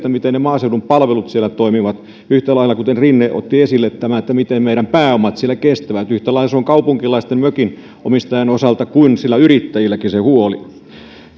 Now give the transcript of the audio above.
miten ne maaseudun palvelut siellä toimivat yhtä lailla kuten rinne otti esille miten meidän pääomat siellä kestävät yhtä lailla on kaupunkilaisella mökinomistajalla kuin sillä yrittäjälläkin se huoli